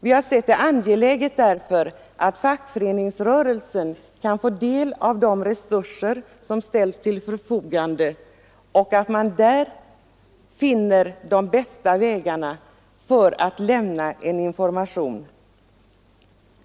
Vi har därför ansett det angeläget att fackföreningsrörelsen kan få del av de resurser som ställs till förfogande; vi tror att man där har de bästa möjligheterna att lämna information.